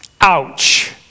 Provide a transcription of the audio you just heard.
Ouch